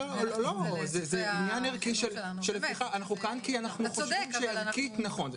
אנחנו כאן, כי אנחנו חושבים שערכית נכון.